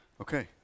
Okay